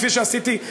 כפי שעשיתי,